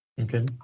Okay